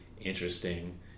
interesting